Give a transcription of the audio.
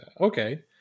okay